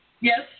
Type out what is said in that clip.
Yes